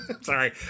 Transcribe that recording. Sorry